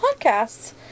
Podcasts